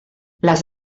les